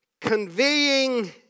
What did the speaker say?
conveying